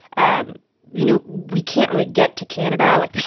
ah you know, we can't really get to canada. like,